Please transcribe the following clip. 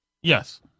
Yes